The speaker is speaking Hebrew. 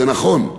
זה נכון,